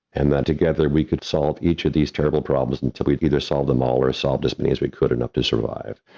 and that together we could solve each of these terrible problems until we either solved them all or solved as many as we could, enough to survive.